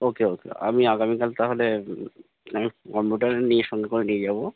ওকে okay আমি আগামীকাল তাহলে আমি কম্পুটার নিয়ে সঙ্গে করে নিয়ে যাবো